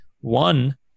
One